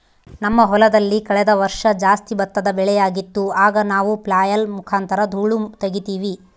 ನಮ್ಮ ಹೊಲದಲ್ಲಿ ಕಳೆದ ವರ್ಷ ಜಾಸ್ತಿ ಭತ್ತದ ಬೆಳೆಯಾಗಿತ್ತು, ಆಗ ನಾವು ಫ್ಲ್ಯಾಯ್ಲ್ ಮುಖಾಂತರ ಧೂಳು ತಗೀತಿವಿ